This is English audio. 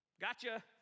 Gotcha